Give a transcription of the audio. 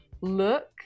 Look